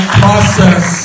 process